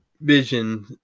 vision